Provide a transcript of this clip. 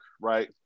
right